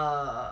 err